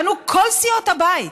באנו, כל סיעות הבית,